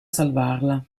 salvarla